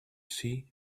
see